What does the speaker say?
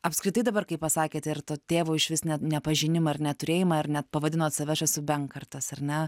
apskritai dabar kai pasakėt ir tėvo išvis ne nepažinimą ir neturėjimą ir net pavadinot save aš esu benkartas ar ne